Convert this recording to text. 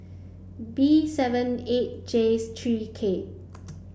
B seven eight J three K